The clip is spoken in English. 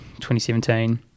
2017